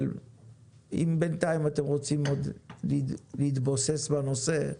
אבל אם בינתיים אתם רוצים עוד להתבוסס בנושא,